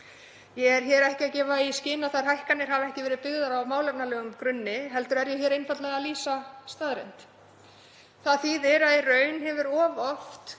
Ég er ekki að gefa í skyn að þær hækkanir hafi ekki verið byggðar á málefnalegum grunni heldur er ég einfaldlega að lýsa staðreynd. Það þýðir að í raun hefur það of